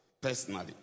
personally